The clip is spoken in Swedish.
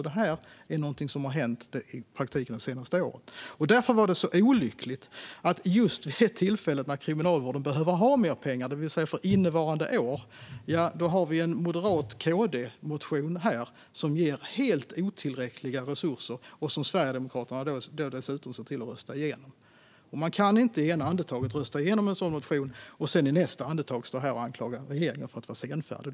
Detta är alltså något som i praktiken har hänt det senaste året. Det var därför det var så olyckligt att det just vid det tillfälle då kriminalvården behövde ha mer pengar, det vill säga för innevarande år, kom en M-KD-motion som gav helt otillräckliga resurser och som Sverigedemokraterna dessutom såg till att rösta igenom. Man kan inte i ena andetaget rösta igenom en sådan motion och i nästa andetag stå här och anklaga regeringen för att vara senfärdig.